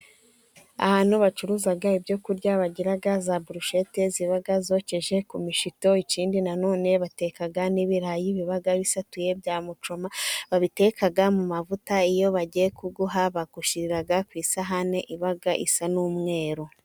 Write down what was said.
Ahantu bacuruzaa ibyokurya, bagira za burushete ziba zokeje ku mishito ikindi nanone bateka n'ibirayi biba bisatuye bya mucuma babiteka mu mavuta, iyo bagiye kuguha bagushyirira ku isahani iba isa n'umweru.